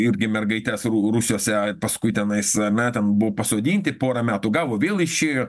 irgi mergaites rū rūsiuose paskui tenais ane ten buvo pasodinti porą metų gavo vėl išėjo